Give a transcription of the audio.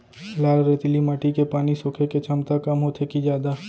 लाल रेतीली माटी के पानी सोखे के क्षमता कम होथे की जादा?